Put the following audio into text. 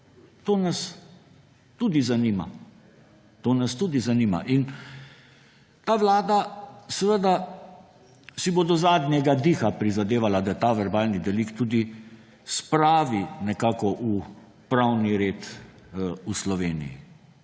To nas tudi zanima. Ta vlada si bo do zadnjega diha prizadevala, da ta verbalni delikt spravi nekako v pravni red v Sloveniji.